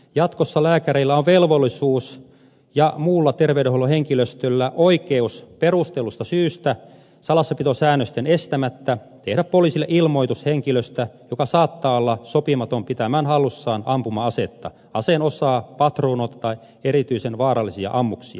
jatkossa lääkäreillä on velvollisuus ja muulla terveydenhuollon henkilöstöllä oikeus perustellusta syystä salassapitosäännösten estämättä tehdä poliisille ilmoitus henkilöstä joka saattaa olla sopimaton pitämään hallussaan ampuma asetta aseen osaa patruunoita tai erityisen vaarallisia ammuksia